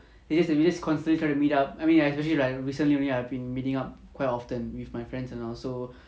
they just we just constantly try to meet up I mean especially like recently only I've been meeting up quite often with my friends and all so